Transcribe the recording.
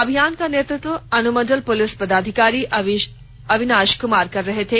अभियान का नेतृत्व अनुमंडल पुलिस पदाधिकारी अविनाश कुमार कर रहे थे